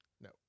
No